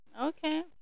Okay